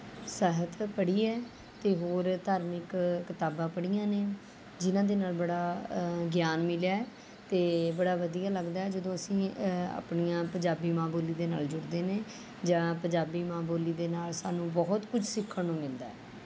ਸਾਹਿਤ ਪੜ੍ਹੀ ਹੈ ਅਤੇ ਹੋਰ ਧਾਰਮਿਕ ਕਿਤਾਬਾਂ ਪੜ੍ਹੀਆਂ ਨੇ ਜਿਨ੍ਹਾਂ ਦੇ ਨਾਲ ਬੜਾ ਗਿਆਨ ਮਿਲਿਆ ਹੈ ਅਤੇ ਬੜਾ ਵਧੀਆ ਲੱਗਦਾ ਜਦੋਂ ਅਸੀਂ ਆਪਣੀਆਂ ਪੰਜਾਬੀ ਮਾਂ ਬੋਲੀ ਦੇ ਨਾਲ ਜੁੜਦੇ ਨੇ ਜਾਂ ਪੰਜਾਬੀ ਮਾਂ ਬੋਲੀ ਦੇ ਨਾਲ ਸਾਨੂੰ ਬਹੁਤ ਕੁਝ ਸਿੱਖਣ ਨੂੰ ਮਿਲਦਾ ਹੈ